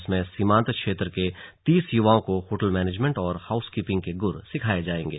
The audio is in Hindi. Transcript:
इसमें सीमांत क्षेत्र के तीस युवाओं को होटल मैनेजमेंट और हाउस कीपिंग के गुर सिखाए जाएंगे